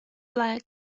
flag